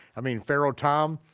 i mean, pharaoh thom,